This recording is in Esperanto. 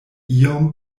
iom